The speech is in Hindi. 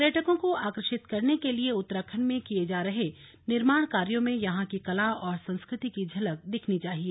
पर्यटकों को आकृषित करने के लिये उत्तराखण्ड में किये जा रहे निर्माण कार्यों में यहां की कला और संस्कृति की झलक दिखनी चाहिए